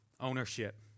Ownership